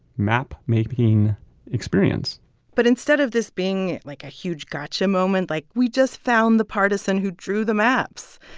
map-making experience but instead of this being, like, a huge gotcha moment, like, we just found the partisan who drew the maps,